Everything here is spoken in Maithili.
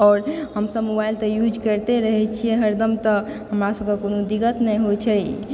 आओर हमसब मोबाइल तऽ यूज़ करिते रहै छै हरदम तऽ हमरा सबके कोनो दिक्कत नहि होइ छै